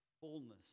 fullness